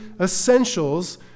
essentials